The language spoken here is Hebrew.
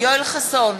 יואל חסון,